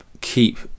keep